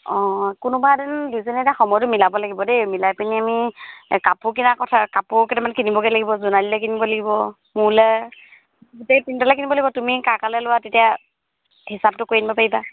অঁ কোনোবা এদিন দুইজনীয়ে এতিয়া সময়টো মিলাব লাগিব দেই মিলাই পিনি আমি কাপোৰ কিনা কথা কাপোৰ কেইটামান কিনিবগৈ লাগিব জোনালীলৈ কিনিব লাগিব মোলৈ গোটেই পিন্ডলৈ কিনিব লাগিব তুমি কাৰ কাৰলৈ লোৱা তেতিয়া হিচাপটো কৰি আনিব পাৰিবা